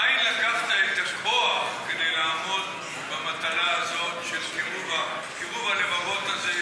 מאין לקחת את הכוח כדי לעמוד במטלה הזאת של קירוב הלבבות הזה,